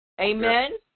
Amen